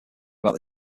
about